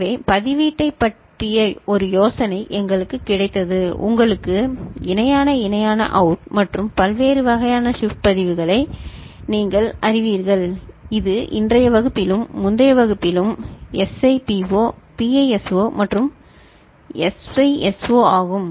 எனவே பதிவேட்டைப் பற்றிய ஒரு யோசனை எங்களுக்கு கிடைத்தது உங்களுக்கு இணையான இணையான அவுட் மற்றும் பல்வேறு வகையான ஷிப்ட் பதிவேடுகளை நீங்கள் அறிவீர்கள் இது இன்றைய வகுப்பிலும் முந்தைய வகுப்பிலும் முந்தைய வகுப்பிலும் SIPO PISO மற்றும் SISO ஆகும்